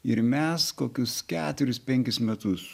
ir mes kokius keturis penkis metus